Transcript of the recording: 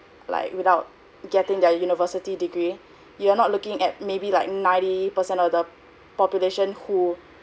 like without getting their university degree you you're not looking at maybe like ninety percent of the population who